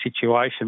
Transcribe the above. situation